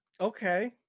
Okay